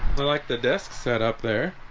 i like the desk set up there